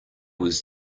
was